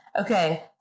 Okay